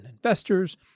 investors